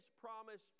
promise